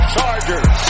Chargers